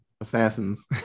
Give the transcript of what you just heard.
assassins